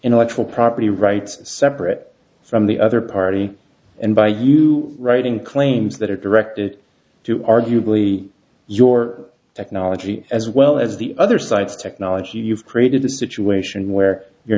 intellectual property rights separate from the other party and by you writing claims that are directed to arguably your technology as well as the other sites technology you've created a situation